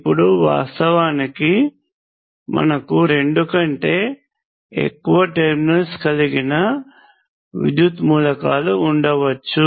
ఇప్పుడు వాస్తవానికి మనకు రెండు కంటే ఎక్కువ టెర్మినల్స్ కలిగిన విద్యుత్ మూలకాలు ఉండవచ్చు